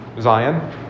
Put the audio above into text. Zion